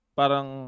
parang